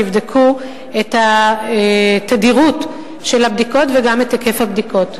שיבדקו את התדירות של הבדיקות וגם את היקף הבדיקות.